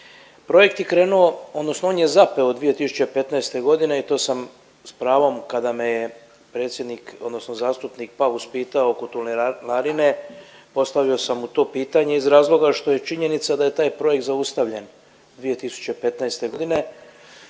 Projekt je krenuo, odnosno on je zapeo 2015. godine i to sam s pravom kada me je predsjednik, odnosno zastupnik Paus pitao oko tunelarine, postavio sam mu to pitanje iz razloga što je činjenica da je taj projekt zaustavljen 2015. godine.